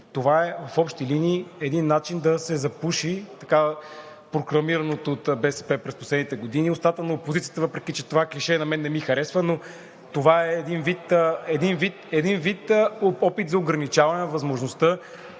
Това е в общи линии един начин да се запуши – така прокламирано от БСП през последните години – устата на опозицията. Въпреки че това клише на мен не ми харесва, но това е един вид опит за ограничаване на възможността